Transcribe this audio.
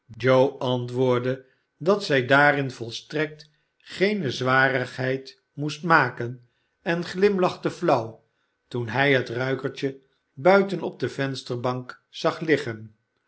joe antwoordde dat zij daarin volstrekt geene zwarigheid moest maken en glimlachte flauw toen hij het ruikertje buiten op de vensterbank zag liggen